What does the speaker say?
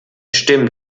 stimmt